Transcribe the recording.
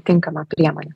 tinkama priemonė